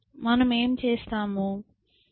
మనము ఏమి చేస్తాము